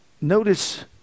Notice